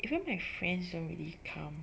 even my friends don't really come